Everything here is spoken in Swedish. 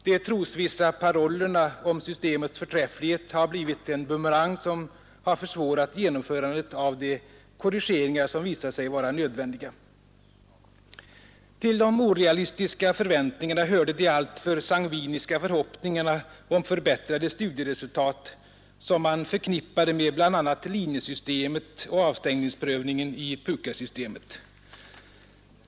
De trosvissa parollerna om systemets förträfflighet har blivit en bumerang och har försvårat genomförandet av de korrigeringar som visat sig nödvändiga. Till de orealistiska förväntningarna hörde de alltför sangviniska förhoppningar om förbättrade studieresultat som man förknippade med bl.a. linjesystemet och avstängningsprövningen i PUKAS-systemet.